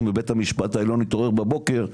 מבית המשפט העליון התעורר בבוקר ואמר,